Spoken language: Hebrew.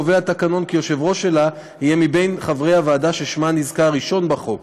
קובע התקנון כי היושב-ראש שלה יהיה מחברי הוועדה ששמה נזכר ראשון בחוק,